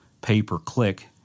pay-per-click